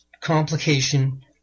complication